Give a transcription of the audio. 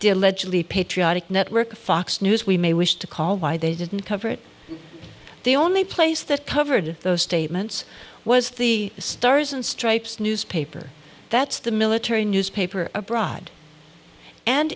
allegedly patriotic network fox news we may wish to call why they didn't cover it the only place that covered those statements was the stars and stripes newspaper that's the military newspaper abroad and